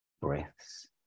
breaths